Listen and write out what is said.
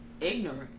ignorant